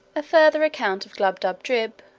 a further account of glubbdubdrib.